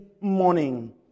morning